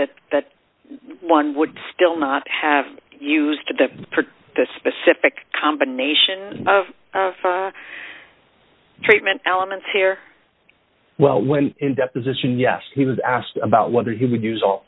that that one would still not have used the specific combination of treatment elements here well when in deposition yes he was asked about whether he would use all